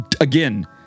Again